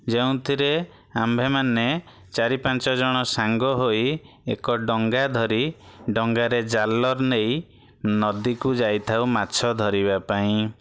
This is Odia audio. ଯେଉଁଥିରେ ଆମ୍ଭେମାନେ ଚାରି ପାଞ୍ଚ ଜଣ ସାଙ୍ଗ ହୋଇ ଏକ ଡ଼ଙ୍ଗା ଧରି ଡ଼ଙ୍ଗାରେ ଜାଲର ନେଇ ନଦୀକୁ ଯାଇଥାଉ ମାଛ ଧରିବା ପାଇଁ